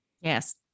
yes